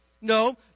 No